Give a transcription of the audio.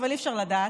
אבל אי-אפשר לדעת,